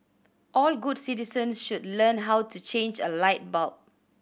all good citizens should learn how to change a light bulb